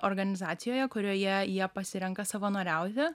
organizacijoje kurioje jie pasirenka savanoriauti